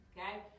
Okay